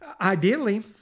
ideally